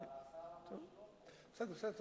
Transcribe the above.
אבל השר לא